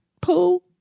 Pull